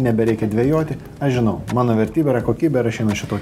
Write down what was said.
nebereikia dvejoti aš žinau mano vertybė yra kokybė ir aš einu šituo